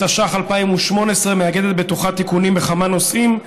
התשע"ח 2018, מאגדת בתוכה תיקונים בכמה נושאים.